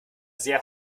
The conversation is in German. sehr